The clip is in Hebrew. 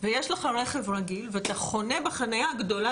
ויש לך רכב רגיל ואתה חונה בחניה הגדולה